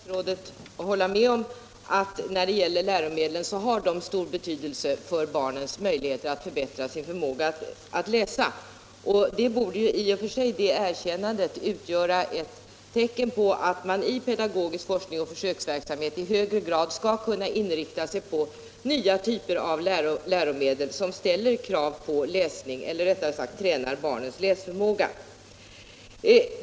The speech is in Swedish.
Herr talman! Jag blev glad när jag hörde statsrådet hålla med mig om att läromedlen har stor betydelse för barnens möjligheter att förbättra sin förmåga att läsa. Det erkännandet borde i och för sig utgöra ett tecken på att man vid pedagogisk forskning och försöksverksamhet i högre grad skall kunna inrikta sig på nya typer av läromedel, som ställer större krav på läsning eller rättare sagt tränar barnens läsförmåga.